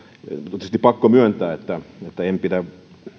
tietysti pakko myöntää että en pidä